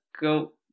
go